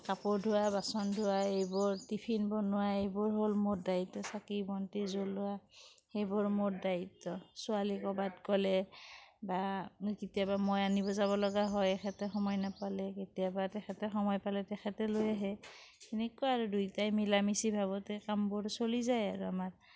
কাপোৰ ধোৱা বাচোন ধুৱা এইবোৰ টিফিন বনোৱা এইবোৰ হ'ল মোৰ দায়িত্ব চাকি বন্তি জ্বলোৱা সেইবোৰ মোৰ দায়িত্ব ছোৱালী ক'ৰবাত গ'লে বা কেতিয়াবা মই আনিব যাব লগা হয় এখেতে সময় নাপালে কেতিয়াবা তেখেতে সময় পালে তেখেতে লৈ আহে সেনেকুৱাই আৰু দুইটাই মিলামিচি ভাৱতে কামবোৰ চলি যায় আৰু আমাৰ